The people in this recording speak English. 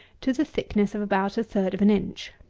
to the thickness of about a third of an inch.